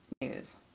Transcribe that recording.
news